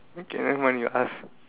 okay never mind you ask